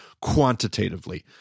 quantitatively